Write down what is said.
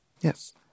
Yes